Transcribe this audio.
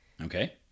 Okay